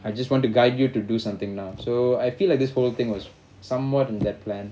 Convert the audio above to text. I just want to guide you to do something now so I feel like this whole thing was somewhat in that plan